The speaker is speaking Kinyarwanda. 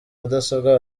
mudasobwa